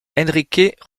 henrique